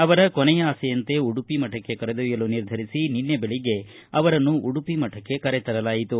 ಅವರ ಕೊನೆಯ ಆಸೆಯಂತೆ ಉಡುಪಿ ಮಠಕ್ಕೆ ಕರೆದೊಯ್ಯಲು ನಿರ್ಧರಿಸಿ ನಿನ್ನೆ ಬೆಳಗ್ಗೆ ಅವರನ್ನು ಉಡುಪಿ ಮಠಕ್ಕೆ ಕರೆತರಲಾಯಿತು